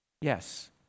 Yes